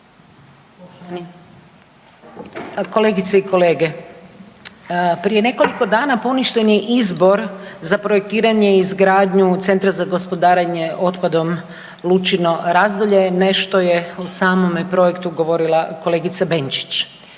Kolegice i kolege, prije nekoliko dana poništen je izbor za projektiranje i izgradnju Centra za gospodarenje otpadom Lučino Razdolje. Nešto je o samome projektu govorila kolegica Benčić.